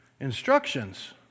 instructions